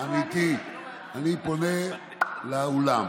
אני פונה לאולם.